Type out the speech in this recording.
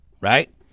right